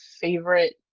favorite